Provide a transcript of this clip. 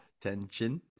Tension